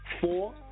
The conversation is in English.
four